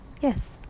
Yes